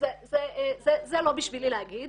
זה לא בשבילי להגיד.